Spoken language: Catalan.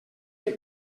que